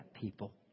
people